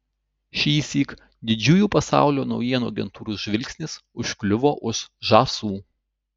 šįsyk didžiųjų pasaulio naujienų agentūrų žvilgsnis užkliuvo už žąsų